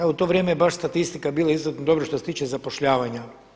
Evo u to vrijeme je baš statistika bila izuzetno dobro što se tiče zapošljavanja.